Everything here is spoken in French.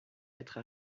être